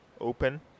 open